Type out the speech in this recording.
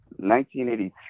1983